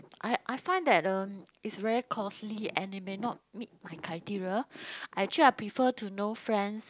I I find that um it's very costly and it may not meet my criteria actually I prefer to know friends